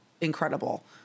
incredible